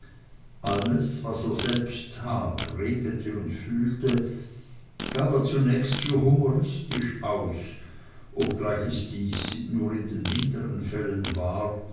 alles was er selbst tat redete und fühlte gab er zunächst für humoristisch aus und obgleich es dies nur in den minderen fällen war